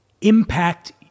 impact